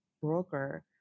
broker